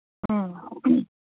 ꯑ